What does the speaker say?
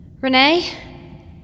Renee